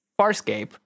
Farscape